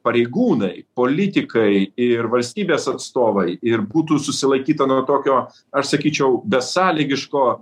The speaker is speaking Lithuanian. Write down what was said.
pareigūnai politikai ir valstybės atstovai ir būtų susilaikyta nuo tokio aš sakyčiau besąlygiško